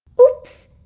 ooops!